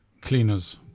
Cleaners